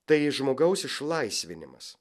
tai žmogaus išlaisvinimas